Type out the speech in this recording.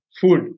Food